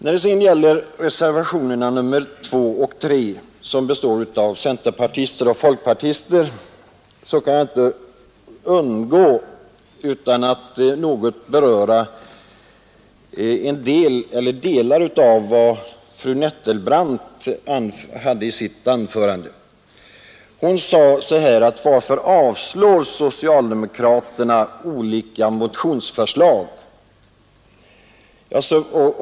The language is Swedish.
Vad sedan gäller reservationerna 2 och 3 av centerpartister och folkpartister kan jag inte undgå att något beröra delar av fru Nettelbrandts anförande. Hon frågade: Varför avslår socialdemokraterna olika motionsförslag?